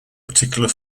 particular